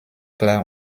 klar